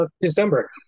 December